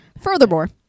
Furthermore